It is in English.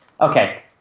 Okay